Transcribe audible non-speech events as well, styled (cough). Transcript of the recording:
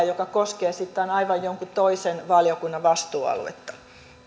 (unintelligible) joka koskee aivan jonkun toisen valiokunnan vastuualuetta